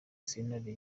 sentare